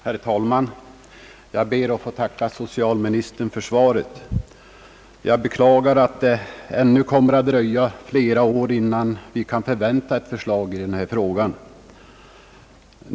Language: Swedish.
Herr talman! Jag ber att få tacka socialministern för svaret. Jag beklagar att det ännu kommer att dröja flera år innan vi kan förvänta ett förslag i denna fråga.